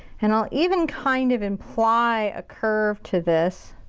and i'll even kind of imply a curve to this.